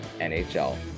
NHL